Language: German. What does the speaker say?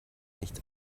nicht